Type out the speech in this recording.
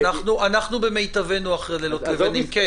אנחנו במיטבנו אחרי לילות לבנים.